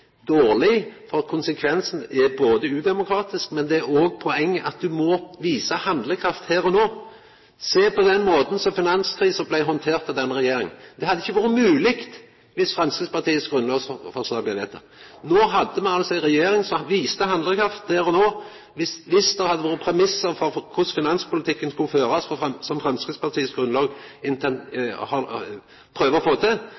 dårleg, for konsekvensen er ikkje berre udemokratisk, men poenget er at ein må visa handlekraft her og no. Sjå på måten finanskrisa blei handtert på av denne regjeringa! Det hadde ikkje vore mogleg dersom Framstegspartiets grunnlovsforslag hadde blitt vedteke. Me hadde ei regjering som viste handlekraft der og då. Dersom det hadde vore premissar for korleis finanspolitikken skulle førast, som Framstegspartiet prøver å få til, hadde ein ikkje hatt den fleksibiliteten til